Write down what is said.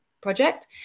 project